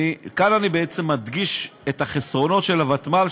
כאן אני בעצם מדגיש את החסרונות של הוותמ"ל,